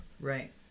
Right